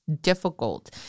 difficult